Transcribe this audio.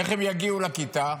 איך הן יגיעו לכיתה,